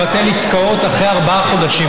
לבטל עסקאות אחרי ארבעה חודשים.